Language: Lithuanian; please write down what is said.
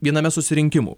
viename susirinkimų